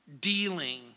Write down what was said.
dealing